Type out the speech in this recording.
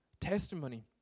Testimony